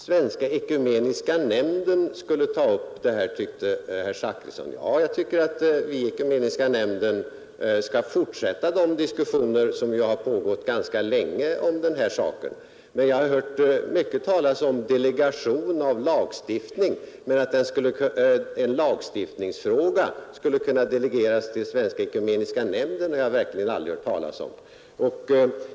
Svenska ekumeniska nämnden skulle ta upp det här, tyckte herr Zachrisson. Ja, jag tycker att Ekumeniska nämnden skall fortsätta de diskussioner om den här saken som pågått där ganska länge. Men jag har hört mycket talas om delegation av lagstiftning, men att en lagstiftningsfråga skulle kunna delegeras till Svenska ekumeniska nämnden har jag verkligen aldrig hört talas om.